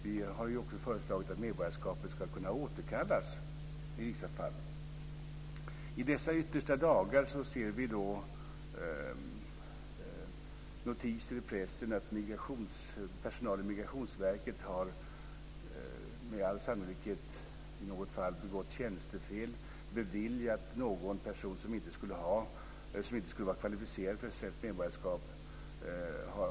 Vi har föreslagit att medborgarskapet skulle kunna återkallas i vissa fall. I dessa yttersta dagar ser vi notiser i pressen om att personalen vid Migrationsverket, med all sannolikhet i något fall, har begått tjänstefel och beviljat en person, som inte skulle vara kvalificerad för det, ett svenskt medborgarskap.